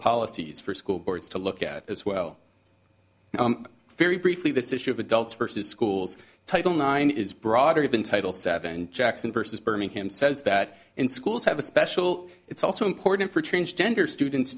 policies for school boards to look at as well very briefly this issue of adults versus schools title nine is broader than title seven jackson versus birmingham says that in schools have a special it's also important for transgender students